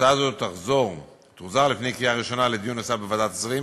הצעה זו תוחזר לפני קריאה ראשונה לדיון נוסף בוועדת השרים